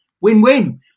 win-win